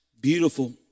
beautiful